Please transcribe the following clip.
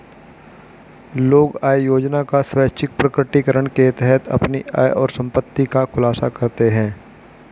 लोग आय योजना का स्वैच्छिक प्रकटीकरण के तहत अपनी आय और संपत्ति का खुलासा करते है